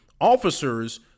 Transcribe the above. officers